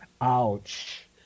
Ouch